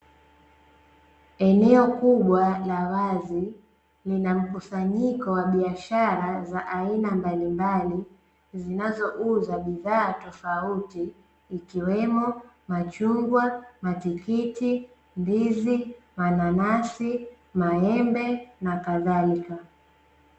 Eneo kubwa la wazi lina mkusanyiko wa biashara za aina mbali mbali zinazouza bidhaa tofauti ikiwemo machungwa, matikiti, ndizi, mananasi, maembe na kadhalika.